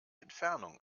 entfernung